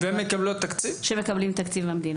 מקבלים תקציב מהמדינה?